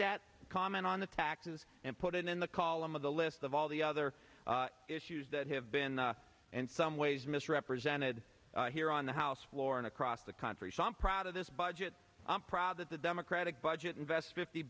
that comment on the taxes and put it in the column of the list of all the other issues that have been and some ways misrepresented here on the house floor and across the country so i'm proud of this budget i'm proud that the democratic budget invest fifty